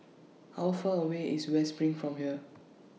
How Far away IS West SPRING from here